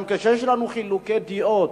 גם כאשר יש לנו חילוקי דעות,